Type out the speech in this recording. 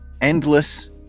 endless